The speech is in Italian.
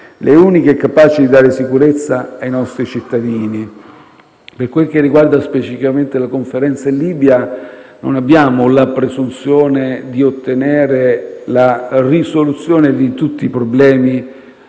le uniche capaci di dare sicurezza ai nostri cittadini. Per quel che riguarda specificamente la Conferenza in Libia, non abbiamo la presunzione di ottenere la risoluzione di tutti i problemi